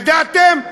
ידעתם?